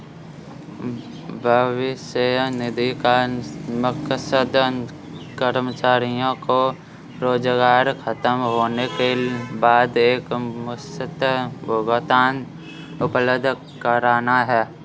भविष्य निधि का मकसद कर्मचारियों को रोजगार ख़तम होने के बाद एकमुश्त भुगतान उपलब्ध कराना है